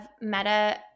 meta